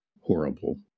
horrible